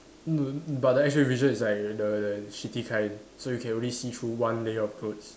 but then X-ray vision is like the the shitty kind so you can only see through one layer of clothes